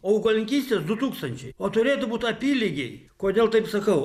o augalininkystės du tūkstančiai o turėtų būti apylygiai kodėl taip sakau